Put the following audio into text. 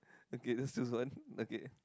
okay let's choose one okay